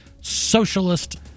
socialist